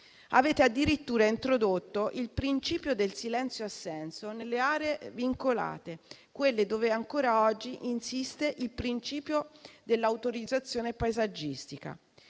Avete addirittura introdotto il principio del silenzio assenso nelle aree vincolate, quelle dove ancora oggi insiste il principio dell'autorizzazione paesaggistica.